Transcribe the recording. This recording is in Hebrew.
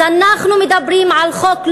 אז אנחנו מדברים על חוק,